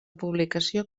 publicació